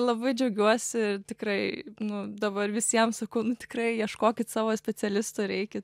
labai džiaugiuosi tikrai nu dabar visiems sakau tikrai ieškokit savo specialistų ir eikit